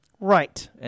Right